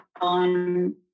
on